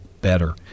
better